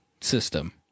system